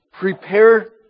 Prepare